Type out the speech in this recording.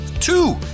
Two